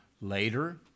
later